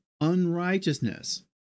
unrighteousness